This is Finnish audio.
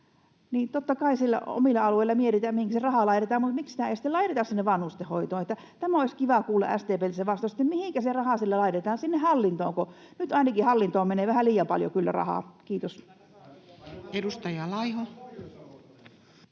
Totta kai siellä omilla alueilla mietitään, mihinkä se raha laitetaan, mutta miksi sitä ei sitten laiteta sinne vanhustenhoitoon? Tähän olisi kiva kuulla SDP:ltä vastaus, mihinkä se raha siellä laitetaan, sinne hallintoonko. Nyt ainakin hallintoon menee vähän liian paljon kyllä rahaa. — Kiitos. [Aki